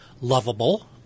lovable